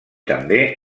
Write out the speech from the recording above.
també